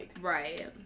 Right